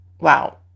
wow